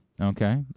Okay